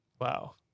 Wow